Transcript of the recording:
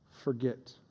forget